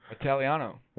Italiano